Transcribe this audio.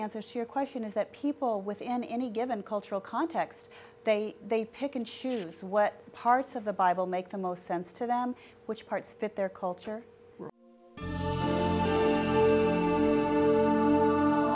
answers to your question is that people within any given cultural context they pick and choose what parts of the bible make the most sense to them which parts fit their culture